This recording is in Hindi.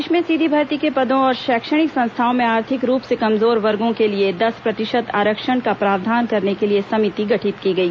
प्रदेश में सीधी भर्ती के पदों और शैक्षणिक संस्थाओ में आर्थिक रुप से कमजोर वर्गों के लिए दस प्रतिशत आरक्षण का प्रावधान करने के लिए समिति गठित की गई